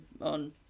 on